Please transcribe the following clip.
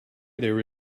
there